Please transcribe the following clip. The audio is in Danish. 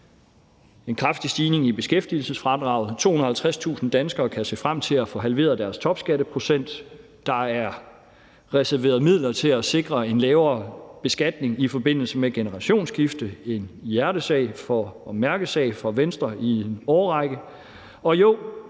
en kraftig stigning i beskæftigelsesfradraget. 250.000 danskere kan se frem til at få halveret deres topskatteprocent. Der er reserveret midler til at sikre en lavere beskatning i forbindelse med generationsskifte – en hjertesag og mærkesag for Venstre i en årrække.